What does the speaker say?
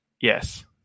Yes